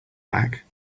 back